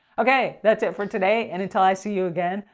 okay, that's it for today and until i see you again,